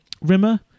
Rimmer